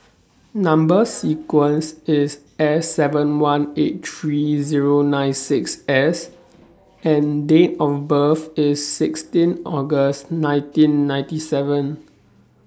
Number sequence IS S seven one eight three Zero nine six S and Date of birth IS sixteen August nineteen ninety seven